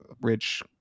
rich